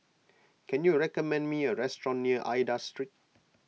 can you recommend me a restaurant near Aida Street